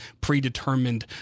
predetermined